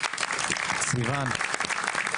סיון,